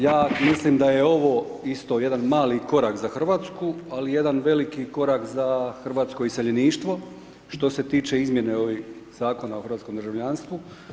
Ja mislim da je ovo isto jedan mali korak za Hrvatsku, ali jedan veliki korak za hrvatsko iseljeništvo, što se tiče izmjene ovih zakona o hrvatskom državljanstvu.